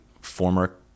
former